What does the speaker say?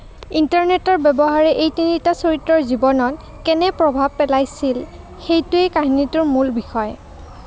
ইণ্টাৰনেটৰ ব্যৱহাৰে এই তিনিটা চৰিত্ৰৰ জীৱনত কেনে প্ৰভাৱ পেলাইছিল সেইটোৱেই কাহিনীটোৰ মূল বিষয়